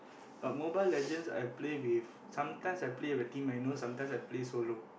but Mobile-Legend I play with sometimes I play with the team I know sometimes I play solo